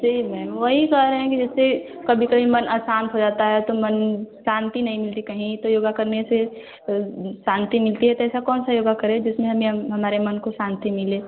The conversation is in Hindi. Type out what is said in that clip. जी मैम वही कह रहे हैं कि करेंगे जैसे कभी कभी मन आशान्त हो जाता है तो मन शांति नहीं मिलती कहीं तो योग करने से तो शांति मिलती है तो ऐसा कौन सा योग करें जिसमें हमें हम हमारे मन को शांति मिले